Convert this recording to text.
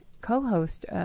co-host